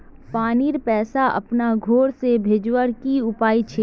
पानीर पैसा अपना घोर से भेजवार की उपाय छे?